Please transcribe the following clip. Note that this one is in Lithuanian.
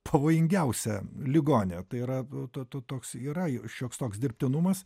pavojingiausią ligonį tai yra o to to toks yra šioks toks dirbtinumas